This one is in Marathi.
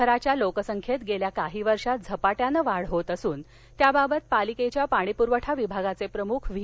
शहराच्या लोकसंख्येत गेल्या काही वर्षात झपाटयानं वाढ होत असून त्याबाबत पालिकेच्या पाणी प्रवठा विभागाचे प्रमुख व्हि